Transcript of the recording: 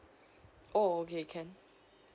oh okay can